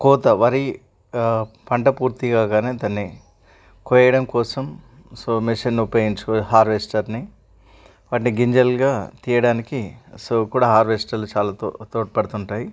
కోత వరి పంట పూర్తి కాగానే దాన్ని కోయడం కోసం సో మిషన్ ఉపయోగించ కూడ హార్వెస్టర్ని వాటి గింజలుగా తీయడానికి సో కూడా హార్రెస్టాల్ చాలా తోడ్ తోడ్పడుతుంటాయి